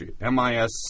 M-I-S